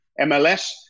MLS